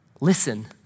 Listen